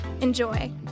Enjoy